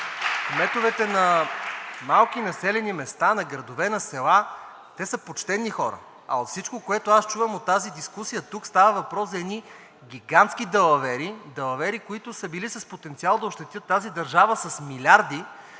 …кметовете на малки населени места, на градове, на села – те са почтени хора. А от всичко, което аз чувам от тази дискусия, тук става въпрос за едни гигантски далавери. Далавери, които са били с потенциал да ощетят тази държава с милиарди.